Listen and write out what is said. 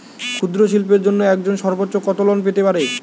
ক্ষুদ্রশিল্পের জন্য একজন সর্বোচ্চ কত লোন পেতে পারে?